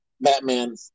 Batman